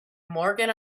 morgan